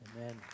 Amen